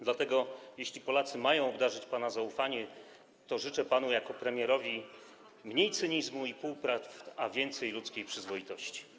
Dlatego jeśli Polacy mają obdarzyć pana zaufaniem, to życzę panu jako premierowi mniej cynizmu i półprawd, a więcej ludzkiej przyzwoitości.